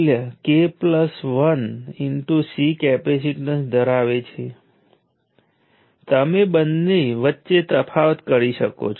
અને આપણે કહ્યું કે આ બેની પ્રોડક્ટ પાવર છે જેમ મેં કહ્યું તેમ જો તમારી પાસે N ટર્મિનલ એલિમેન્ટ હોય તો તે પોટેન્ટિઅલ V ઉપરના ચાર્જીસની હિલચાલને ધ્યાનમાં લઈને ફંડામેન્ટલ્સમાંથી મેળવી શકાય છે